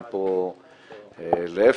להיפך,